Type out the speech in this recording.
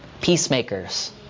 peacemakers